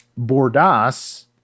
Bordas